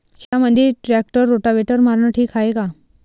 शेतामंदी tractor rotavator मारनं ठीक हाये का?